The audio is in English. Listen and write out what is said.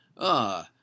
Ah